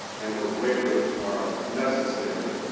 and those waivers are necessary,